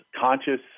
conscious